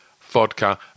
vodka